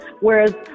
whereas